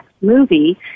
movie